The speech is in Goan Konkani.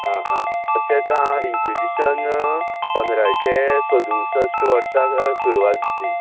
आ आ तशे ते इंन्क्वीसीशन पंदराशे सदूसश्ठ वर्सा सुरवात जाली